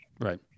Right